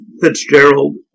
Fitzgerald